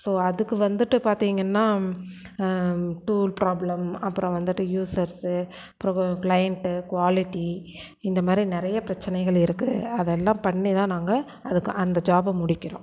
so அதுக்கு வந்துட்டு பார்த்திங்கன்னா டூல் ப்ராப்ளம் அப்பறம் வந்துட்டு யூசர்ஸ்ஸு அப்புறம் கிளைன்ட்டு குவாலிட்டி இந்தமாதிரி நிறைய பிரச்சனைகள் இருக்குது அதெல்லாம் பண்ணிதான் நாங்கள் அதுக்கு அந்த ஜாப்பை முடிக்கிறோம்